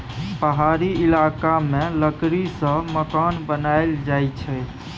पहाड़ी इलाका मे लकड़ी सँ मकान बनाएल जाई छै